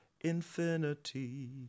infinity